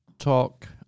talk